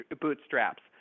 bootstraps